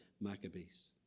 Maccabees